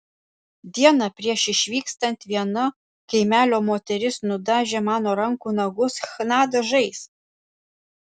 dieną prieš išvykstant viena kaimelio moteris nudažė mano rankų nagus chna dažais